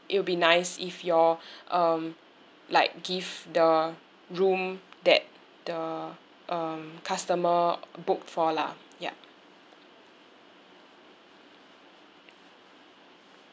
it would be nice if you all um like give the room that the um customer booked for lah ya